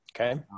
Okay